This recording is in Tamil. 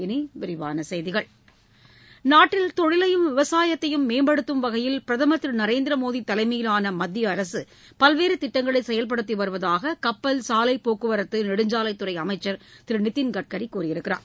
இனி விரிவான செய்திகள் நாட்டில் தொழிலையும் விவசாயத்தையும் மேம்படுத்தும் வகையில் பிரதமர் திரு நரேந்திர மோடி தலைமையிலான மத்திய அரசு திட்டங்களை செயல்படுத்தி வருவதாக கப்பல் சாலை போக்குவரத்து நெடுஞ்சாலைத் துறை அமைச்சர் திரு நிதின் கட்கரி கூறியுள்ளார்